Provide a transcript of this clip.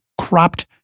cropped